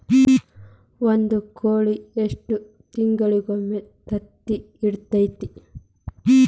ಒಂದ್ ಕೋಳಿ ಎಷ್ಟ ತಿಂಗಳಿಗೊಮ್ಮೆ ತತ್ತಿ ಇಡತೈತಿ?